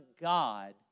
God